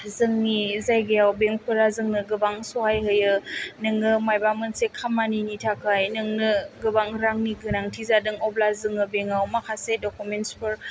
जोंनि जायगायाव बेंकफोरा जोंनो गोबां सहाय होयो नोङो माबा मोनसे खामानिनि थाखाय नोंनो गोबां रांनि गोनांथि जादों अब्ला जोङो बेंकआव माखासे दकुमेन्टेसनफोर